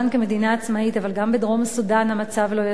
עצמאית אבל גם בדרום-סודן המצב לא יציב,